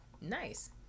Nice